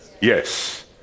Yes